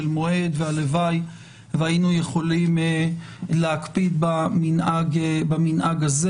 מועד והלוואי והיינו יכולים להקפיד במנהג הזה,